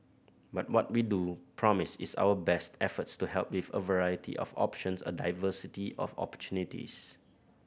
but what we do promise is our best efforts to help with a variety of options a diversity of opportunities